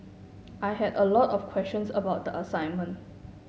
I had a lot of questions about the assignment